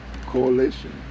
coalition